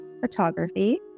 photography